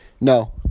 no